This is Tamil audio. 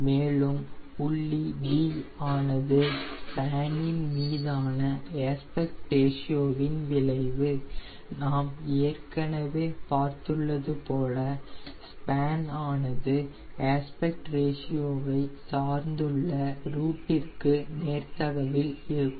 மேலும் புள்ளி d ஆனது ஸ்பேனின் மீதான ஏஸ்பெக்ட் ரேஷியோ வின் விளைவு நாம் ஏற்கனவே பார்த்துள்ளது போல ஸ்பேன் ஆனது ஏஸ்பெக்ட் ரேஷியோ வை சார்ந்துள்ள ரூட்டிற்கு நேர்தகவில் இருக்கும்